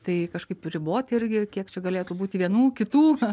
tai kažkaip riboti irgi kiek čia galėtų būti vienų kitų